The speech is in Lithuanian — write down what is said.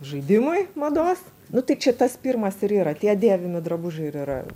žaidimui mados nu tai čia tas pirmas ir yra tie dėvimi drabužiai ir yra